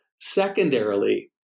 Secondarily